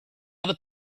other